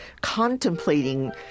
contemplating